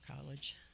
college